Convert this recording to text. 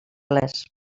les